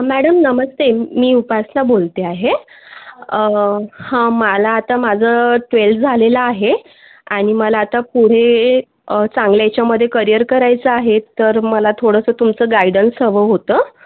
madam नमस्ते मी उपासना बोलते आहे हां मला आता माझं ट्वेल्थ झालेलं आहे आणि मला आता पुढे चांगल्या याच्यामध्ये करिअर करायचं आहे तर मला थोडंसं तुमचं गायडन्स हवं होतं